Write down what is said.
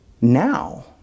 now